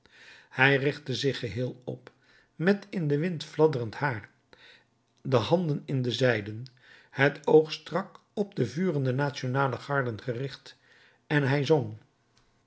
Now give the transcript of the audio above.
hij richtte zich geheel op met in den wind fladderend haar de handen in de zijden het oog strak op de vurende nationale garden gericht en hij zong